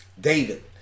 David